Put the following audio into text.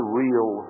real